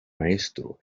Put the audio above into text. maestro